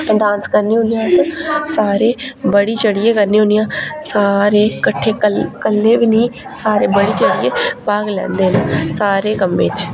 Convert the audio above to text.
dance करने होन्ने आं अस सारे बधी चढ़ियै करने होन्ने आं सारे किट्ठे कल्ले कल्ले कोई बी नेईं सारे बधी चढ़ियै भाग लैंदे न सारे कम्में च